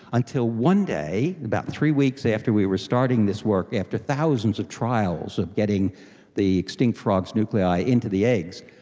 until one day, about three weeks after we were starting this work after thousands of trials of getting the extinct frogs' nuclei into the eggs,